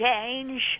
change